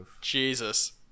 Jesus